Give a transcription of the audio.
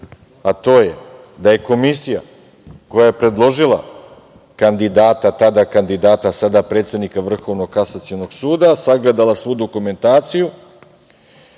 a to je da je Komisija koja je predložila kandidata, tada kandidata, sada predsednika Vrhovnog kasacionog suda, sagledala svu dokumentaciju